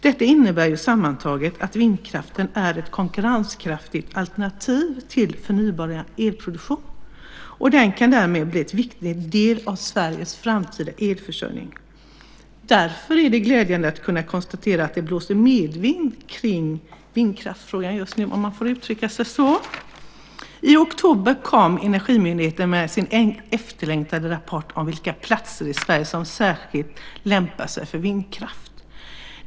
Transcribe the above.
Det innebär sammantaget att vindkraften är ett konkurrenskraftigt alternativ till förnybar elproduktion och kan därmed bli en viktig del av Sveriges framtida elförsörjning. Därför är det glädjande att kunna konstatera att det just nu blåser medvind i vindkraftsfrågan, om man får uttrycka sig så. I oktober kom Energimyndigheten med sin efterlängtade rapport över vilka platser i Sverige som särskilt lämpar sig för vindkraft.